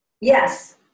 Yes